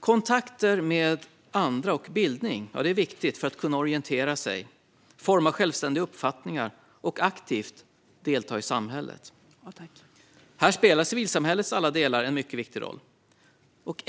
Kontakter med andra och bildning är viktigt för att kunna orientera sig, forma självständiga uppfattningar och aktivt delta i samhället. Här spelar civilsamhällets alla delar en mycket viktig roll.